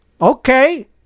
Okay